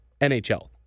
NHL